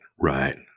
right